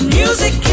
Music